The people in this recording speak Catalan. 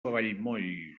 vallmoll